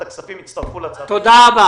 כמדינת עולם שלישית כמו סין שולחת לישראל דברי דואר,